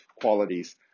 qualities